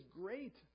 great